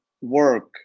work